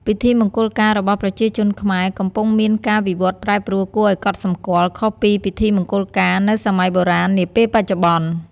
ពិធីមង្គលការរបស់ប្រជាជនខ្មែរ កំពុងមានការវិវត្តប្រែប្រួលគួរឲ្យកត់សម្គាល់ ខុសពីពិធីមង្គលការនៅសម័យបុរាណ នាពេលបច្ចុប្បន្ន។